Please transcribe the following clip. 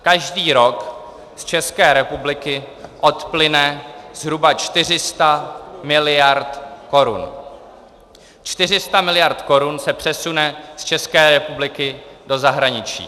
Každý rok z České republiky odplyne zhruba 400 miliard korun, 400 miliard korun se přesune z České republiky do zahraničí.